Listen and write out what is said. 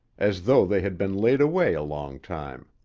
as though they had been laid away a long time.